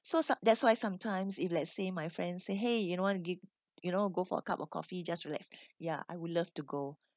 so some~ that's why sometimes if let's say my friend say !hey! you don't want to g~ you know go for a cup of coffee just relax ya I would love to go